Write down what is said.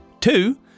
Two